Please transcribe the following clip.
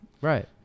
Right